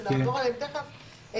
ונעבור עליהם תכף.